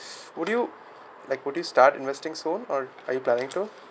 would you like would you start investing soon or are you planning to